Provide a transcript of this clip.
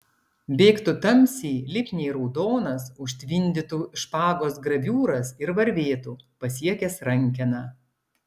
bėgtų tamsiai lipniai raudonas užtvindytų špagos graviūras ir varvėtų pasiekęs rankeną